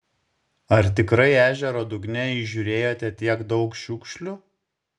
ar tikrai ežero dugne įžiūrėjote tiek daug šiukšlių